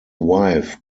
wife